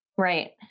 Right